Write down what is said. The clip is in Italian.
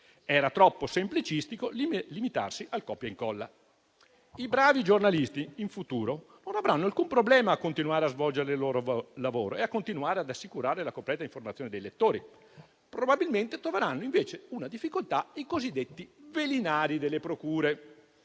Era troppo semplicistico limitarsi al copia incolla. In futuro i bravi giornalisti non avranno alcun problema a continuare a svolgere il loro lavoro e a continuare ad assicurare la completa informazione dei lettori; probabilmente, invece, troveranno una difficoltà i cosiddetti velinari delle procure,